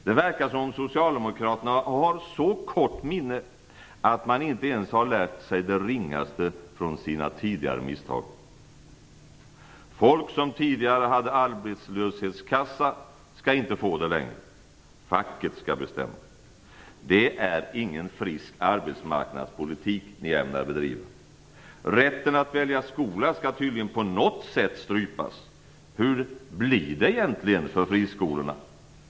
Det verkar som om socialdemokraterna har så kort minne att de inte har lärt sig det ringaste av sina tidigare misstag. Folk som tidigare hade arbetslöshetskassa skall inte få det längre. Facket skall bestämma. Det är ingen frisk arbetsmarknadspolitik ni ämnar bedriva. Rätten att välja skola skall tydligen strypas på något sätt. Hur blir det egentligen för friskolorna?